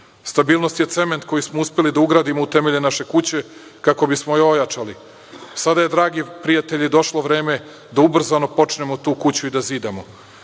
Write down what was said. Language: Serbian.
Stabilnost je cement koji smo uspeli da ugradimo u temelje naše kuće kako bismo je ojačali. Sada je dragi prijatelji došlo vreme da ubrzano počnemo tu kuću i da zidamo,